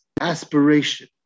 aspiration